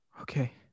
Okay